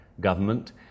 government